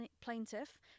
plaintiff